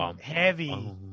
heavy